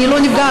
אני לא נפגעת,